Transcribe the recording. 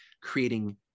creating